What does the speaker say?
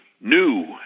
new